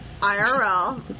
IRL